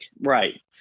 Right